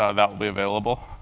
ah that will be available.